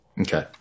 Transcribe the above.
Okay